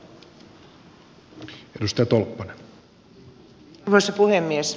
arvoisa puhemies